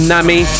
Nami